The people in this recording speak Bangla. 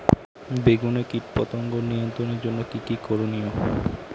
বেগুনে কীটপতঙ্গ নিয়ন্ত্রণের জন্য কি কী করনীয়?